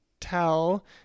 tell